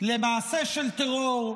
למעשה של טרור,